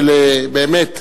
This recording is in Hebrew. ובאמת,